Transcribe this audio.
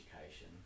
education